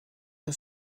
der